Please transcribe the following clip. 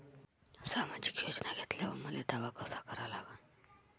सामाजिक योजना घेतल्यावर मले दावा कसा करा लागन?